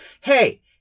Hey